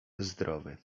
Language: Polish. zdrowy